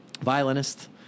violinist